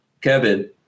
Kevin